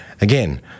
again